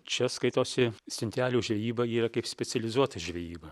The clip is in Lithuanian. čia skaitosi stintelių žvejyba yra kaip specializuota žvejyba